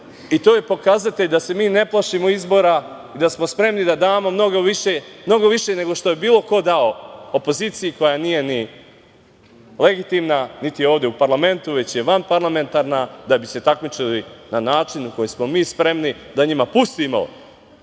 To je pokazatelj da se mi ne plašimo izbora i da smo spremni da damo mnogo više, nego što je bilo ko dao opoziciji koja nije ni legitimna, niti je ovde u parlamentu, već je vanparlamentarna, da bi se takmičili na način na koji smo mi spremni da njima pustimo,